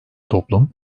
toplum